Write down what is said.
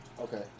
Okay